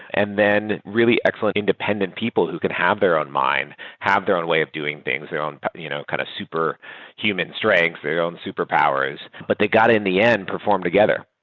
and then really excellent independent people who can have their own mind, have their own way of doing things, their own you know kind of super human strength. very own superpowers, but they got to in the end perform together,